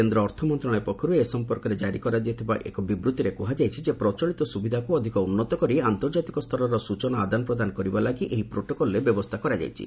କେନ୍ଦ୍ର ଅର୍ଥମନ୍ତ୍ରଣାଳୟ ପକ୍ଷରୁ ଏ ସଂପର୍କରେ କାରି କରାଯାଇଥିବା ଏକ ବିବୃତ୍ତିରେ କୁହାଯାଇଛି ଯେ ପ୍ରଚଳିତ ସୁବିଧାକୁ ଅଧିକ ଉନ୍ନତ କରି ଆନ୍ତର୍ଜାତିକ ସ୍ତରର ସୂଚନା ଆଦାନ ପ୍ରଦାନ କରିବା ଲାଗି ଏହି ପ୍ରୋଟୋକଲ୍ରେ ବ୍ୟବସ୍ଥା କରାଯାଇଛି